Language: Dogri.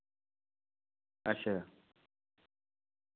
अच्छा